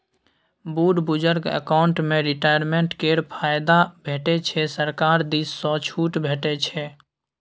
बुढ़ बुजुर्ग अकाउंट मे रिटायरमेंट केर फायदा भेटै छै सरकार दिस सँ छुट भेटै छै